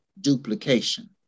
duplication